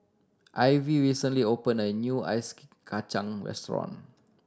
Ivie recently opened a new ice kachang restaurant